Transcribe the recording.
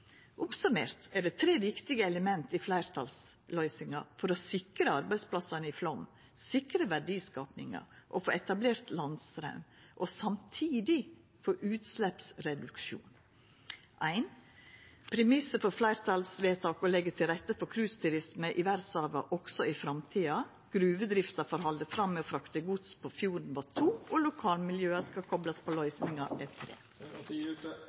er det tre viktige element i fleirtalsløysinga for å sikra arbeidsplassane i Flåm, sikra verdiskapinga, få etablert landstraum og samtidig få utsleppsreduksjon: Premissen for fleirtalsvedtaket er å leggja til rette for cruiseturisme i verdsarvfjordane også i framtida. Gruvedrifta får halda fram med å frakta gods på fjorden. Lokalmiljøet skal koplast på